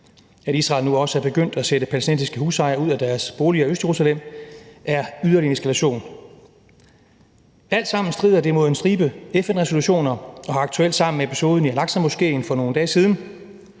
At Israel nu også er begyndt at sætte palæstinensiske husejere ud af deres boliger i Østjerusalem, er yderligere en eskalation. Alt sammen strider det imod en stribe FN-resolutioner og har aktuelt sammen med episoden i al-Aqsa-moskéen for nogle dage siden